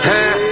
Hey